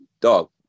Dog